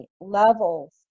levels